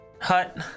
hut